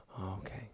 okay